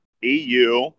EU